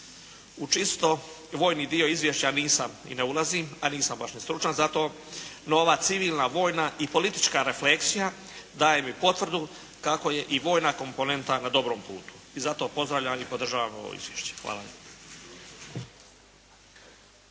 U čisto vojni dio izvješća nisam i ne ulazim, a nisam baš ni stručan za to, no ova civilna vojna i politička refleksija daje mi potvrdu kako je i vojna komponenta na dobrom putu. I zato pozdravljam i podržavam ovo izvješće. Hvala